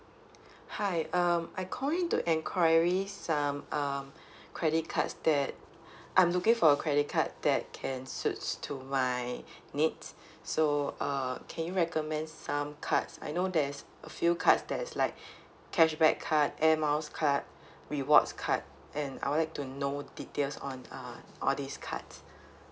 hi um I call in to enquiries some um credit cards that I'm looking for a credit card that can suits to my needs so uh can you recommend some cards I know there's a few cards that's like cashback card air miles card rewards card and I would like to know details on uh all these cards